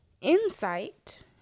insight